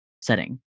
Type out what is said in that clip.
setting